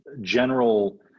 general